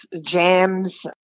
jams